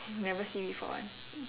never see before [one]